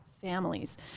families